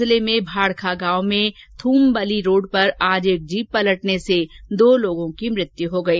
बाड़मेर जिले में भाडखा गांव में थ्रमबली रोड़ पर आज एक जीप पलटने से दो लोगों की मौत हो गई